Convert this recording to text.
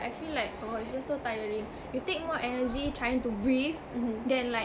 I feel like oh it's just so tiring you take more energy trying to breathe then like